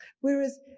Whereas